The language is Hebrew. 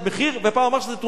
ופעם הוא אמר שזו תאונת דרכים,